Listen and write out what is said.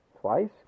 twice